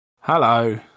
Hello